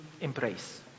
embrace